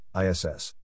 ISS